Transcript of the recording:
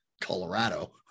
colorado